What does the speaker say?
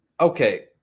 okay